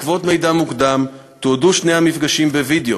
בעקבות מידע מוקדם תועדו שני המפגשים בווידיאו,